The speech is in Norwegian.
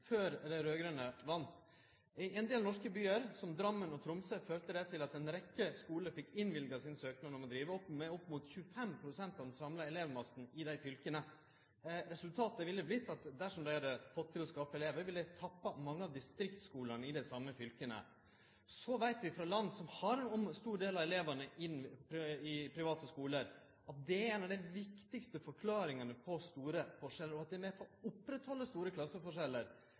før dei raud-grøne vann. I ein del norske byar som Drammen og Tromsø førte det til at ei rekkje skular fekk innvilga søknaden sin om å drive med opp mot 25 pst. av den samla elevmassen i dei fylka dette gjeld. Resultatet ville ha vorte at dersom dei hadde fått til å skaffe elevar, ville dei ha tappa mange av distriktsskulane i dei same fylka. Så veit vi frå land som har ein stor del av elevane i private skular, at det er ei av dei viktigaste forklaringane på store forskjellar, og at det er med på å halde oppe store klasseforskjellar.